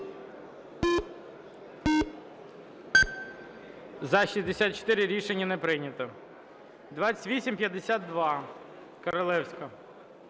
За-67 Рішення не прийнято. 2835, Королевська.